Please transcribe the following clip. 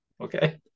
okay